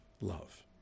love